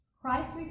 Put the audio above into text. Christ